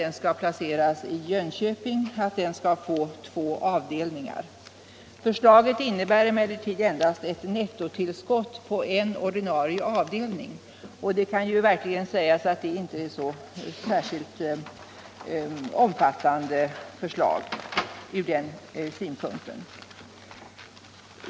Den skulle placeras i Jönköping och få två avdelningar. Förslaget innebär emellertid ett nettotillskott på endast en ordinarie avdelning, och det är därför verkligen inte något omfattande förslag.